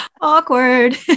Awkward